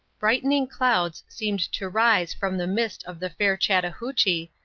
brightening clouds seemed to rise from the mist of the fair chattahoochee,